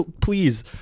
Please